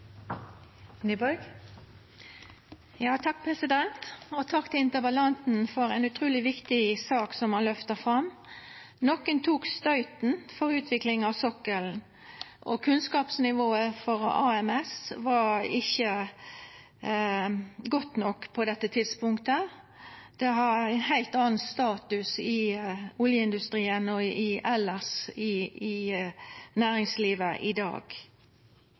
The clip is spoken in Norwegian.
Takk til interpellanten for å løfte fram ei utruleg viktig sak. Nokre tok støyten for utviklinga på sokkelen, og kunnskapsnivået for HMS var ikkje godt nok på dette tidspunktet. Det har ein heilt annan status i oljeindustrien og elles i næringslivet i dag enn det hadde då. Interpellanten hadde eit godt innlegg, synest eg, og skisserte menneskelege lidingar i